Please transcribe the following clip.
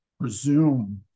presume